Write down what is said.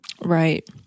right